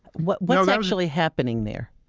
what's what's actually happening there?